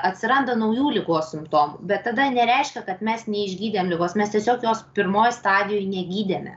atsiranda naujų ligos simptomų bet tada nereiškia kad mes neišgydėm ligos mes tiesiog jos pirmoj stadijoj negydėme